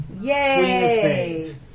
Yay